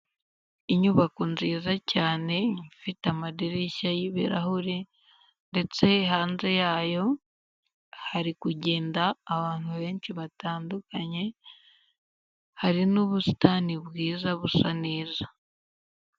Inyubako nziza cyane ifite amadirishya y'ibirahuri ndetse hanze yayo hari kugenda abantu benshi batandukanye, hari n'ubusitani bwiza busa neza.